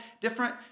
different